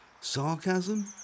Sarcasm